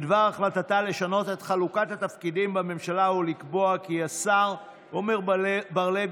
בדבר החלטתה לשנות את חלוקת התפקידים בממשלה ולקבוע כי השר עמר בר לב